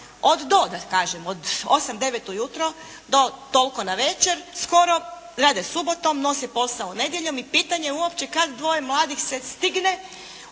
devet ujutro, do toliko navečer skoro, rade subotom, nose posao nedjeljom. I pitanje je uopće kad dvoje mladih se stigne